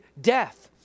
death